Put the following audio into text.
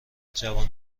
جوانان